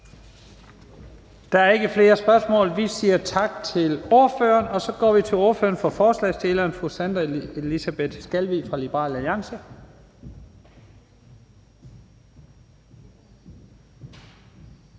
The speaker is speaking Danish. Der er ikke flere spørgsmål. Vi siger tak til ordføreren. Og så går vi til ordføreren for forslagsstillerne, og det er fru Sandra Elisabeth Skalvig fra Liberal Alliance.